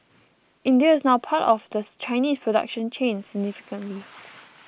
India is now a part of the Chinese production chain significantly